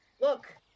look